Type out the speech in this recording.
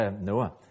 Noah